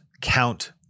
count